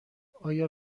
آیا